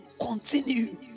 continue